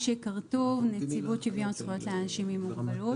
אני מנציבות שוויון זכויות לאנשים עם מוגבלות.